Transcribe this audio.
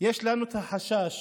יש לנו את החשש,